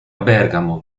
bergamo